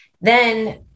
then-